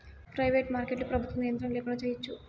private మార్కెట్లో ప్రభుత్వ నియంత్రణ ల్యాకుండా చేయచ్చు